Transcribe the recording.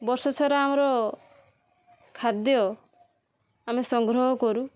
ବର୍ଷସାରା ଆମର ଖାଦ୍ୟ ଆମେ ସଂଗ୍ରହ କରୁ